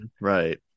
right